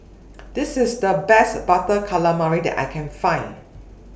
This IS The Best Butter Calamari that I Can Find